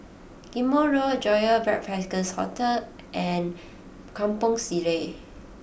Ghim Moh Road Joyfor Backpackers' Hotel and Kampong Sireh